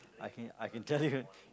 I can I can tell you